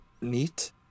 Neat